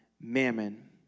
mammon